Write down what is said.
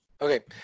Okay